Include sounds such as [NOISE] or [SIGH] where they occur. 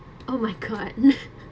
oh my god [LAUGHS]